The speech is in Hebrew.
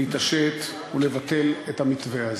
להתעשת ולבטל את המתווה הזה,